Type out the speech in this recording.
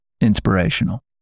inspirational